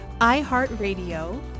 iHeartRadio